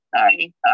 sorry